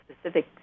specific